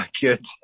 good